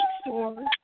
store